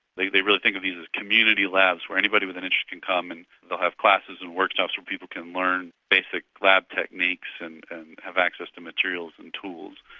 they they really think of these as community labs where anybody with an interest in common they'll have classes and workshops where people can learn basic lab techniques and and have access to materials and tools.